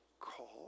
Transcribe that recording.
call